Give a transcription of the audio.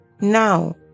Now